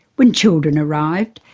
when children arrived,